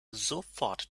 sofort